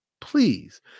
Please